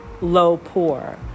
low-poor